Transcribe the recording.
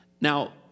Now